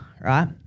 right